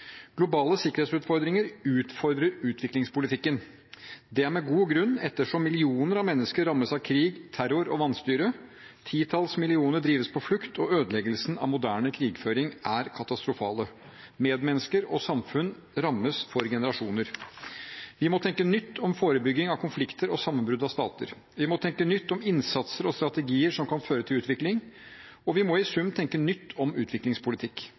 Globale sikkerhetsutfordringer utfordrer utviklingspolitikken. Det er med god grunn, ettersom millioner av mennesker rammes av krig, terror og vanstyre, titalls millioner drives på flukt, og ødeleggelsene av moderne krigføring er katastrofale. Medmennesker og samfunn rammes for generasjoner. Vi må tenke nytt om forebygging av konflikter og sammenbrudd av stater, vi må tenke nytt om innsatser og strategier som kan føre til utvikling, og vi må i sum tenke nytt om utviklingspolitikk.